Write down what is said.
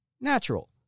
natural